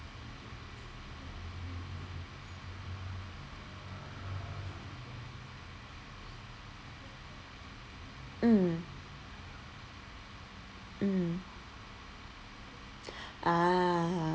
mm mm ah